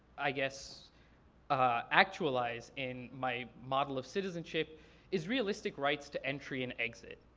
i guess ah actualize in my model of citizenship is realistic rights to entry and exit.